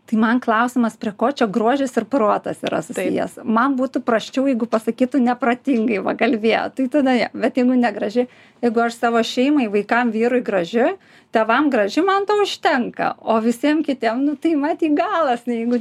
tai man klausimas prie ko čia grožis ir protas yra susijęs man būtų prasčiau jeigu pasakytų neprotingai va kalbėjo tai tada jo bet jeigu negraži jeigu aš savo šeimai vaikam vyrui graži tėvam graži man to užtenka o visiem kitiem nu tai mat jį galas jeigu